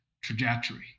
trajectory